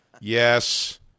yes